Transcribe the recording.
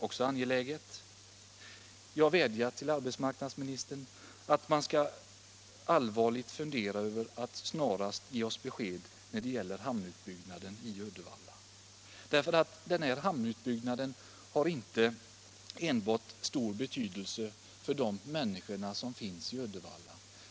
Jag vädjar till arbetsmarknadsministern att man allvarligt skall fundera över att snarast ge oss besked när det gäller hamnutbyggnaden i Uddevalla. Denna hamnutbyggnad har stor betydelse inte enbart för de människor som finns i Uddevalla.